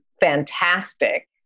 fantastic